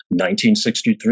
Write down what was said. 1963